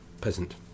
peasant